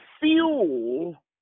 fuel